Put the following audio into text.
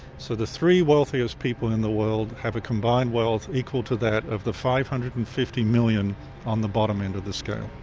so the three wealthiest people in the world have a combined wealth equal to that of the five hundred and fifty million on the bottom end of the scale.